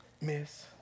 Miss